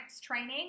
training